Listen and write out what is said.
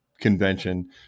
convention